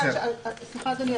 אדוני,